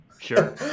sure